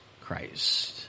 Christ